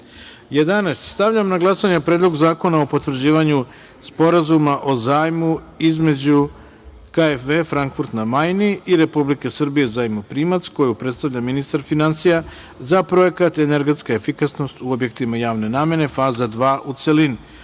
zakona. Stavljam na glasanje Predlog zakona o potvrđivanju Sporazuma o zajmu između KfW, Frankfurt na Majni i Republike Srbije (zajmoprimac) koju predstavlja ministar finansija za Projekat energetska efikasnost u objektima javne namene, faza II, u